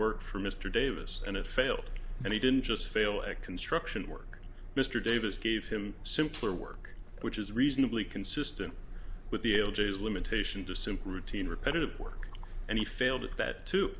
work for mr davis and it failed and he didn't just fail at construction work mr davis gave him simpler work which is reasonably consistent with the old days limitation to simple routine repetitive work and he failed at that too